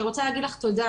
אני רוצה להגיד לך תודה,